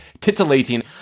titillating